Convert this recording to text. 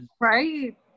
right